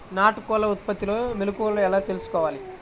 నాటుకోళ్ల ఉత్పత్తిలో మెలుకువలు ఎలా తెలుసుకోవాలి?